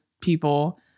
people